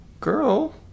girl